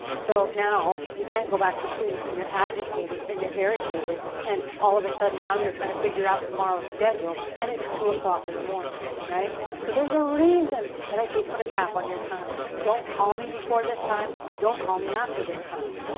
so now you can't go back to sleep and you're agitated and you're irritated. and all of a sudden, now you're trying to figure out tomorrow's schedule. and it's two zero ah in the morning, right? so, there's a reason that i say, put a cap on your time. don't call me before this time. don't call me after this time.